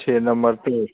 छः नंबर के